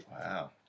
Wow